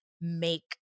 make